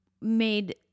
made